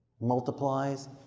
multiplies